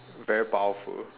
very powerful